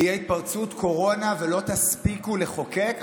תהיה התפרצות קורונה ולא תספיקו לחוקק?